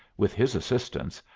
with his assistance,